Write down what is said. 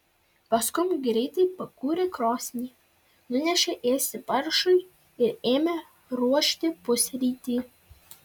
paskum greitai pakūrė krosnį nunešė ėsti paršui ir ėmė ruošti pusrytį